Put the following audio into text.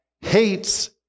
hates